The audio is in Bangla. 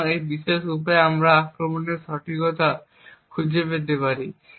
সুতরাং এই বিশেষ উপায়ে আমরা আক্রমণের সঠিকতা খুঁজে পেতে পারি